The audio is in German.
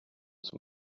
zum